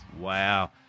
Wow